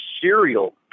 cereal